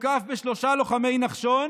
מוקף בשלושה לוחמי נחשון